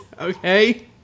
Okay